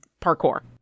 parkour